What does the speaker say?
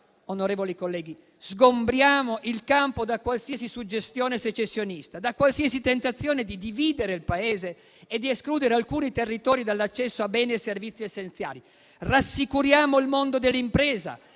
sgombriamo il campo da qualsiasi suggestione secessionista, da qualsiasi tentazione di dividere il Paese e di escludere alcuni territori dall'accesso a beni e servizi essenziali. Rassicuriamo il mondo dell'impresa,